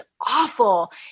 awful